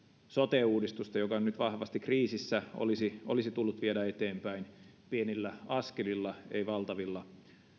sote uudistusta joka on nyt vahvasti kriisissä olisi olisi tullut viedä eteenpäin pienillä askelilla ei valtavilla